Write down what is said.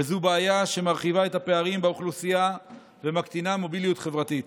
וזו בעיה שמרחיבה את הפערים באוכלוסייה ומקטינה מוביליות חברתית.